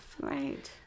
Right